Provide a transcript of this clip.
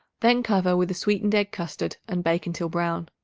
then cover with a sweetened egg custard and bake until brown.